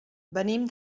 venim